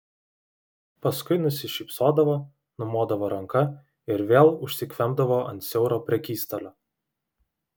paskui nusišypsodavo numodavo ranka ir vėl užsikvempdavo ant siauro prekystalio